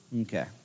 Okay